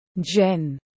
Jen